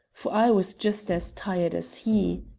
for i was just as tired as he.